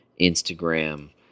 instagram